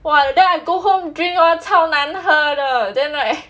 !wah! then I go home drink all 超难喝的 then right